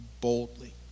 boldly